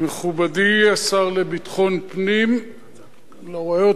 מכובדי השר לביטחון פנים, אני לא רואה אותו.